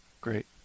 Great